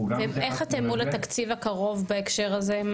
--- איך אתם מול התקציב הקרוב בהקשר הזה?